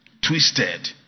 twisted